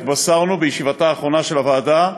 התבשרנו בישיבתה האחרונה של הוועדה,